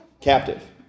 Captive